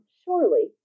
surely